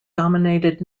dominated